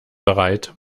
bereit